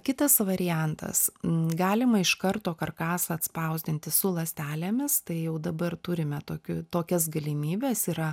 kitas variantas galima iš karto karkasą atspausdinti su ląstelėmis tai jau dabar turime tokių tokias galimybes yra